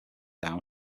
down